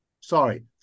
Sorry